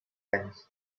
años